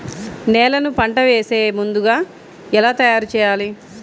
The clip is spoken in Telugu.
నేలను పంట వేసే ముందుగా ఎలా తయారుచేయాలి?